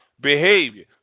behavior